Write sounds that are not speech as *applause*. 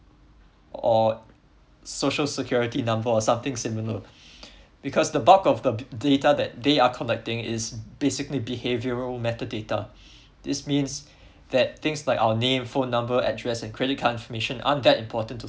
or social security number or something similar *breath* because the bulk of the the data that they are collecting are basically behavioral meta data this means that things like our name phone number address and credit card information aren't that important to